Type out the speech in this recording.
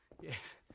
Yes